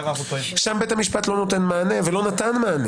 שם בית המשפט לא נותן מענה ולא נתן מענה.